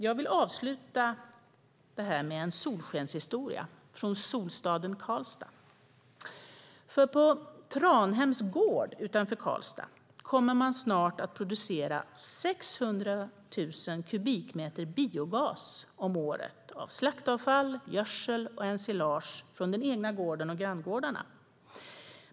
Jag vill avsluta med en solskenshistoria från solstaden Karlstad. På Tranhems gård utanför Karlstad kommer man snart att producera 600 000 kubikmeter biogas om året av slaktavfall, gödsel och ensilage från den egna gården och granngårdarna.